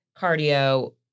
cardio